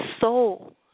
soul